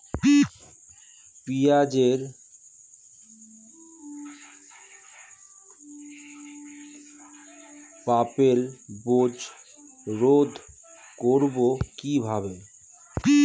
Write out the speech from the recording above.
পেঁয়াজের purple blotch রোধ করবো কিভাবে?